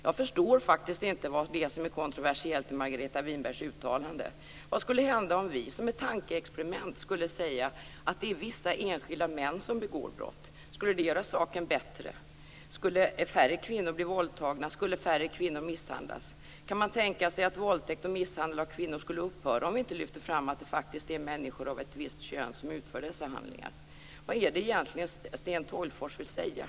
Jag förstår faktiskt inte vad det är som är kontroversiellt med Margareta Winbergs uttalande. Vad skulle hända om vi, som ett tankeexperiment, sade att det är vissa enskilda män som begår brott? Skulle det göra saken bättre? Skulle färre kvinnor bli våldtagna? Skulle färre kvinnor misshandlas? Kan man tänka sig att våldtäkt och misshandel av kvinnor skulle upphöra om vi inte lyfte fram att det faktiskt är människor av ett visst kön som utför dessa handlingar? Vad är det egentligen som Sten Tolgfors vill säga?